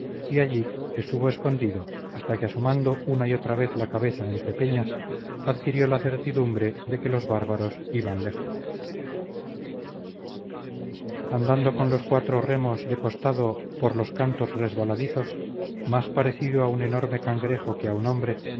y allí estuvo escondido hasta que asomando una y otra vez la cabeza entre peñas adquirió la certidumbre de que los bárbaros iban lejos andando con los cuatro remos de costado por los cantos resbaladizos más parecido a un enorme cangrejo que a un hombre